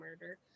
murder